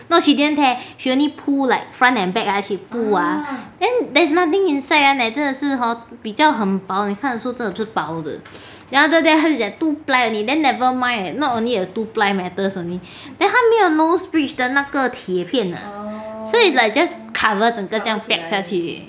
no she didn't that she only pull like front and back ah she pull ah then there's nothing inside [one] eh 真的是比较很薄你看得出真的是薄的 then after that 他就讲 two ply then nevermind eh not only a two ply matters only then 它没有 nose bridge 的那个贴片的 so it's like just covered 整个这样 piak 下去而已